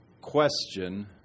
question